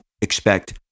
expect